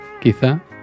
quizá